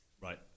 Right